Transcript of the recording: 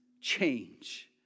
change